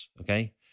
Okay